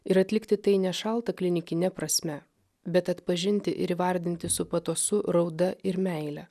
ir atlikti tai nešalta klinikine prasme bet atpažinti ir įvardinti su patosu rauda ir meile